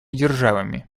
державами